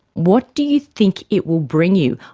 what do you think it will bring you?